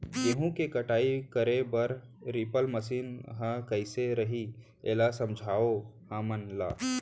गेहूँ के कटाई करे बर रीपर मशीन ह कइसे रही, एला समझाओ हमन ल?